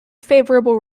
favorable